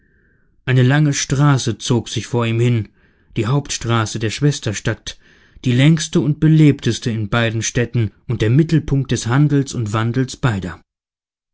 eine lange straße zog sich vor ihm hin die hauptstraße der schwesterstadt die längste und belebteste in beiden städten und der mittelpunkt des handels und wandels beider